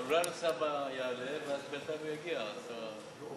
אולי הנושא הבא יעלה, ואז בינתיים הוא יגיע, השר.